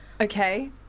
Okay